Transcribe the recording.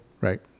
Right